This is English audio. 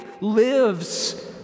lives